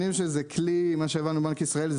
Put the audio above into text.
מה שהבנו מבנק ישראל,